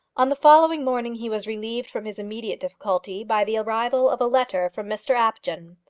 on the following morning he was relieved from his immediate difficulty by the arrival of a letter from mr apjohn.